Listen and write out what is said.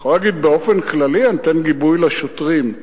יכול להגיד: באופן כללי אני נותן גיבוי לשוטרים.